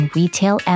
retail